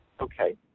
Okay